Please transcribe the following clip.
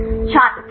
छात्र प्रोटीन